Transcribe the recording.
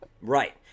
Right